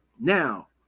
now